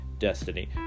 destiny